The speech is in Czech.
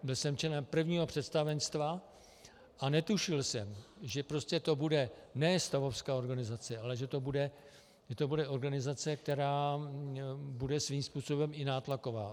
Byl jsem členem prvního představenstva a netušil jsem, že to prostě bude ne stavovská organizace, ale že to bude organizace, která bude svým způsobem i nátlaková.